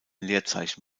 leerzeichen